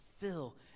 fill